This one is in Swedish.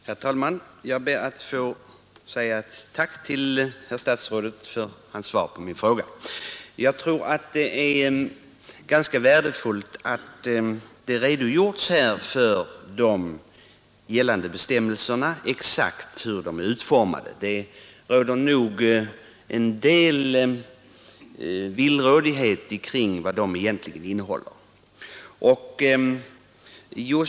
Herr talman! Jag ber att få säga ett tack till herr statsrådet för hans svar på min fråga. Jag tror att det är ganska värdefullt att det redogjorts här för hur de gällande bestämmelserna exakt är utformade. Det råder nog en del villrådighet kring vad de egentligen innehåller.